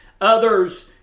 others